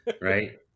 right